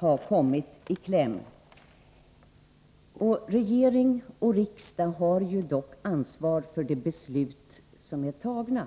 ha kommit i kläm. Regering och riksdag har dock ansvar för de beslut som fattas.